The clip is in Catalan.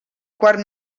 quart